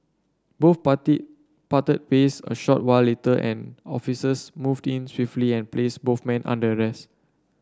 both party parted ways a short while later and officers moved in swiftly and placed both men under arrest